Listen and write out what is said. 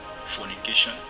fornication